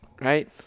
Right